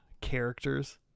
characters